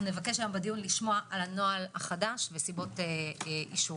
נבקש בדיון לשמוע על הנוהל החדש, נסיבות אישורו.